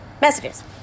messages